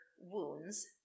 wounds